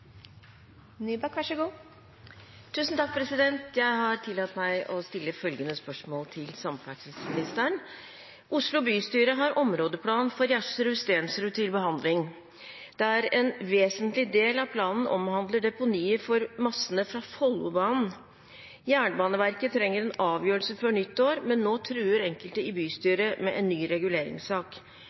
til samferdselsministeren: «Oslo bystyre har områdeplan for Gjersrud-Stensrud til behandling, der en vesentlig del av planen omhandler deponiet for massene fra Follobanen. Jernbaneverket trenger en avgjørelse før nyttår, men nå truer enkelte i bystyret med en ny reguleringssak.